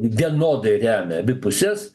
vienodai remia abi puses